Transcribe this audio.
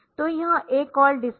तो यह A call display